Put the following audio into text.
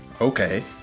Okay